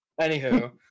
Anywho